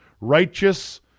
Righteous